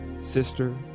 sister